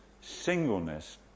singleness